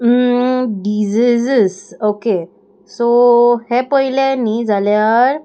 diseases okay so हें पयलें न्ही जाल्यार